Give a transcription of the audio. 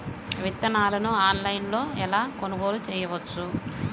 విత్తనాలను ఆన్లైనులో ఎలా కొనుగోలు చేయవచ్చు?